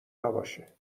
نباشه